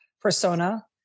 persona